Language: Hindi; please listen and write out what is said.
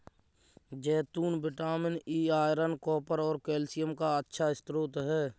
जैतून विटामिन ई, आयरन, कॉपर और कैल्शियम का अच्छा स्रोत हैं